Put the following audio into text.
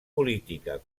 política